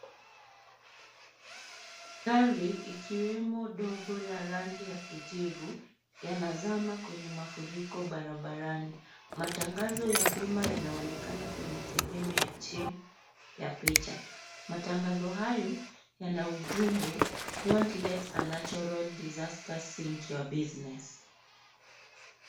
Gari ikiwemo dogo la rangi ya kijivu yanazama kwenye mafuriko barabarani. Matangazo ya bima yanaonekana kwenye sehemu ya chini ya picha. Matangazo hayo yana ujumbe, Don't Let a Natural Disaster Sink your Business .